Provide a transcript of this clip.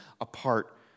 apart